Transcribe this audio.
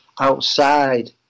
outside